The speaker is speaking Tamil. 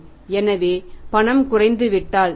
எனவே பணம் குறைந்துவிட்டால் நாளை